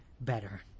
better